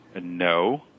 No